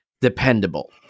dependable